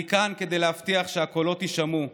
אני כאן כדי להבטיח שהקולות יישמעו,